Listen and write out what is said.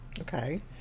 Okay